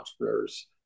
entrepreneurs